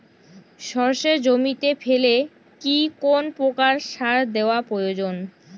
সর্ষে জমিতে ফেলে কি কোন প্রকার সার দেওয়া প্রয়োজন?